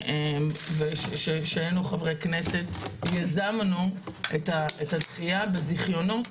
כשהיינו חברי כנסת יזמנו את הדחיה בזיכיונות.